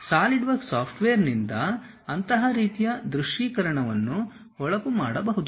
SolidWorks ಸಾಫ್ಟ್ವೇರ್ನಿಂದ ಅಂತಹ ರೀತಿಯ ದೃಶ್ಯೀಕರಣವನ್ನು ಹೊಳಪು ಮಾಡಬಹುದು